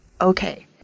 okay